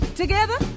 together